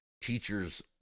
Teachers